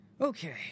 Okay